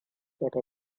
da